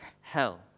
hell